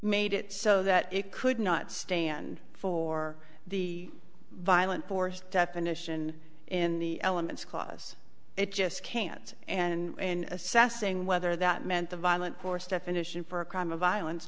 made it so that it could not stand for the violent force definition in the elements clause it just can't and assessing whether that meant the violent force definition for a crime of violence